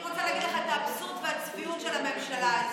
אני רוצה להגיד לך את האבסורד והצביעות של הממשלה הזאת.